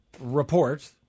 report